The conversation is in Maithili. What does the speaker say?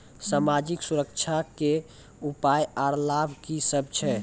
समाजिक सुरक्षा के उपाय आर लाभ की सभ छै?